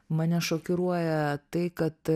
mane šokiruoja tai kad